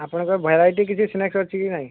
ଆପଣଙ୍କ ଭେରାଇଟି କିଛି ସ୍ନାକସ୍ ଅଛି କି ନାହିଁ